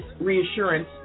reassurance